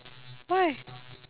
why